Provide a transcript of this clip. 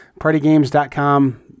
Partygames.com